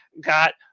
got